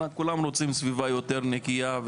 כולם רוצים סביבה יותר נקייה.